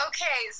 Okay